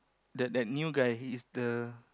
the that new guy he is the